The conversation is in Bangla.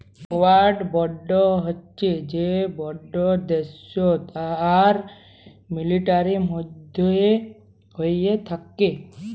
ওয়ার বন্ড হচ্যে সে বন্ড দ্যাশ আর মিলিটারির মধ্যে হ্য়েয় থাক্যে